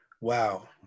wow